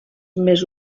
més